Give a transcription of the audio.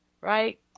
Right